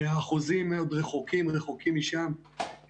האחוזים עוד רחוקים מאוד משם,